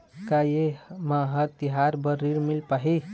का ये म हर तिहार बर ऋण मिल पाही?